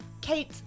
Kate